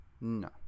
No